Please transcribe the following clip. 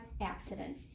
accident